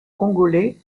congolais